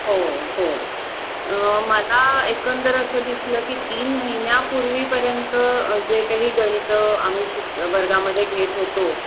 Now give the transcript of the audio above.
हो हो मला एकंदर असं दिसलं की तीन महिन्यापूर्वी पर्यंत जे काही गणितं आम्ही शिक वर्गामध्ये घेत होतो